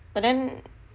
but then